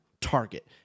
Target